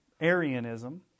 Arianism